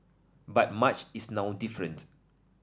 but much is now different